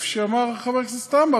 כפי שאמר חבר הכנסת עמאר,